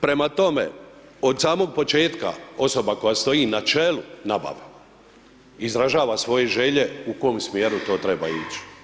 Prema tome, od samog početka, osoba koja stoji na čelu nabave, izražava svoje želje u kojem smjeru to treba ići.